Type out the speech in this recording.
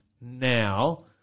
now